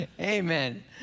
Amen